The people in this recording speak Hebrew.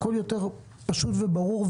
הכול יותר פשוט וברור,